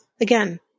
Again